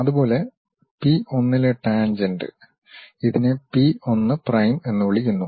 അതുപോലെ പി 1 ലെ ടാൻജെന്റ് ഇതിനെ പി 1 പ്രൈം എന്ന് വിളിക്കുന്നു